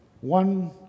one